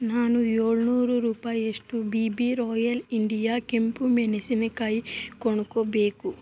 ನಾನು ಏಳುನೂರು ರೂಪಾಯಿಯಷ್ಟು ಬೀಬಿ ರಾಯಲ್ ಇಂಡಿಯಾ ಕೆಂಪು ಮೆಣಿಸಿನಕಾಯಿ ಕೊಂಡ್ಕೊಳ್ಬೇಕು